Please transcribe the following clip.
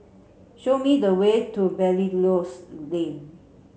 show me the way to Belilios Lane